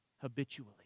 habitually